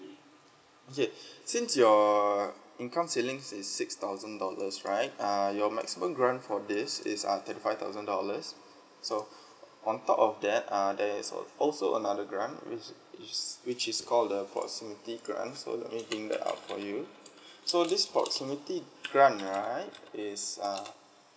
okay since your income ceilings is six thousand dollars right err your maximum grant for this is uh thirty five thousand dollars so on top of that uh there is oh also another grant which is which is called the proximity grant so let me bring that out for you so this proximity grant right is uh